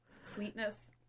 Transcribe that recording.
Sweetness